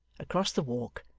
across the walk,